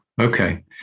okay